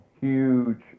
huge